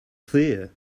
clear